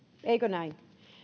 eikö näin